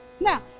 Now